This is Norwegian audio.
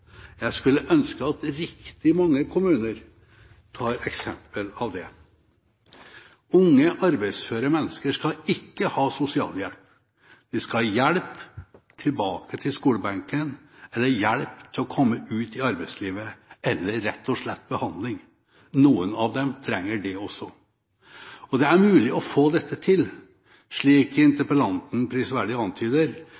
Jeg skulle ønske at riktig mange kommuner tar eksempel av det. Unge arbeidsføre mennesker skal ikke ha sosialhjelp. De skal ha hjelp tilbake til skolebenken eller hjelp til å komme ut i arbeidslivet – eller rett og slett behandling, noen av dem trenger det også. Det er mulig å få dette til,